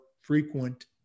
frequent